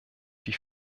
die